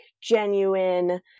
genuine